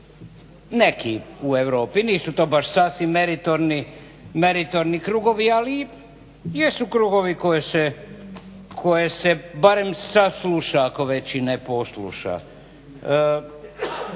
neki u Europi, nisu to baš sasvim meritorni krugovi, ali jesu krugovi koje se barem sasluša ako već i ne posluša.